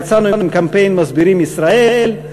יצאנו עם קמפיין "מסבירים ישראל".